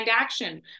action